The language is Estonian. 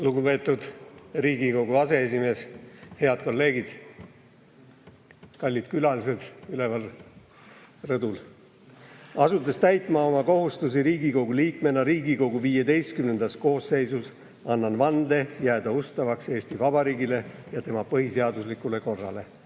Lugupeetud Riigikogu aseesimees! Head kolleegid! Asudes täitma oma kohustusi Riigikogu liikmena Riigikogu XV koosseisus, annan vande jääda ustavaks Eesti Vabariigile ja tema põhiseaduslikule korrale.